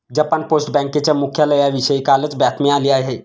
Japan post बँकेच्या मुख्यालयाविषयी कालच बातमी आली आहे